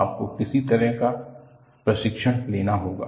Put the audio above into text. आपको किसी तरह का प्रशिक्षण लेना होगा